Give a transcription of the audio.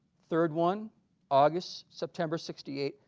third one august september sixty eight,